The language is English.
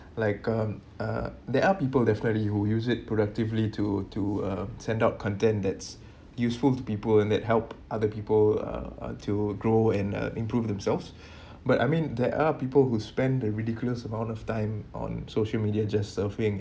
like um uh there are people definitely who use it productively to to uh send out content that's useful to people that help other people uh uh to grow and uh improve themselves but I mean there are people who spend a ridiculous amount of time on social media just surfing